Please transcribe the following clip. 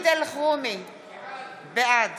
בעד